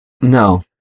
No